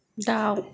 दाउ